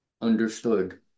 understood